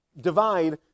divide